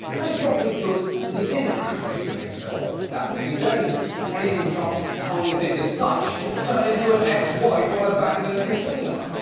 and it's probably good that he didn't handpick them himself, that would be dangerous. anything trump's tiny fingers touch turn into an ex-wife or an abandoned casino.